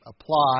apply